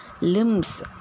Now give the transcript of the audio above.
limbs